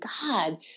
God